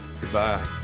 Goodbye